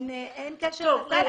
אין קשר לסל.